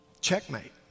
Checkmate